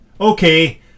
okay